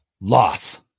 loss